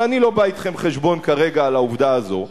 אבל אני לא בא אתכם חשבון כרגע על העובדה הזאת,